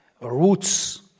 roots